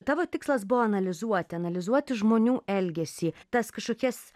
tavo tikslas buvo analizuoti analizuoti žmonių elgesį tas kažkokias